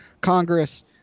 Congress